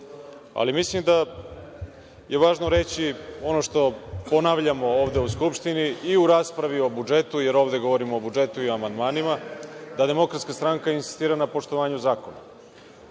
ali mislim da je važno reći ono što ponavljamo ovde u Skupštini i u raspravi o budžetu, jer ovde govorimo i o budžetu i amandmanima, da DS insistira na poštovanju